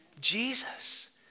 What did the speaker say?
Jesus